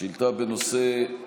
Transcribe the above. שאילתה בנושא: